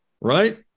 right